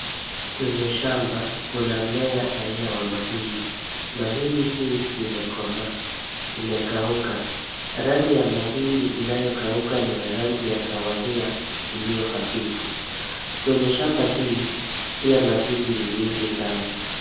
Kwenye shamba kuna mmea aina wa mahindi. Mahindi hii imekomaa, imekauka. Rangi ya mahindi inayokauka ni ya rangi ya kahawia iliyo hafifu. Kwenye shamba hii, pia mahindi ni mingi sana.